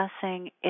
discussing